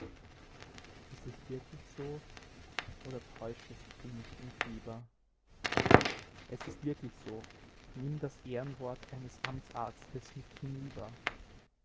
ist es wirklich so oder täuschest du mich im fieber es ist wirklich so nimm das ehrenwort eines amtsarztes mit hinüber